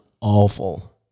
awful